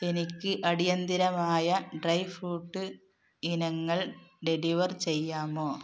എനിക്ക് അടിയന്തിരമായ dry fruit ഇനങ്ങൾ ഡെലിവർ ചെയ്യാമോ